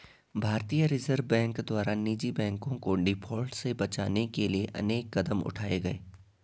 भारतीय reserve bank द्वारा निजी बैंकों को डिफॉल्ट से बचाने के लिए अनेक कदम उठाए गए